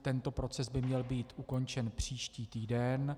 Tento proces by měl být ukončen příští týden.